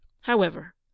However